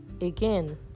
Again